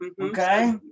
Okay